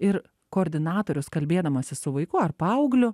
ir koordinatorius kalbėdamasis su vaiku ar paaugliu